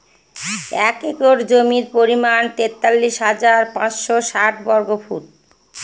এক একর জমির পরিমাণ তেতাল্লিশ হাজার পাঁচশ ষাট বর্গফুট